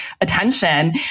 attention